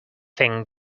thing